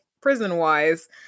prison-wise